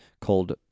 called